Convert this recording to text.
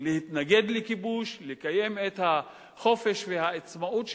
להתנגד לכיבוש, לקיים את החופש והעצמאות שלהם,